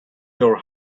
your